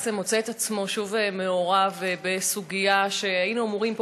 בג"ץ מוצא את עצמו שוב מעורב בסוגיה שהיינו אמורים,